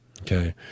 okay